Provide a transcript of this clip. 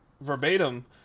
verbatim